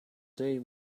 they